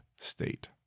state